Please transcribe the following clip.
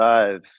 Five